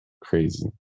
crazy